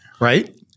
Right